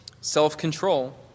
self-control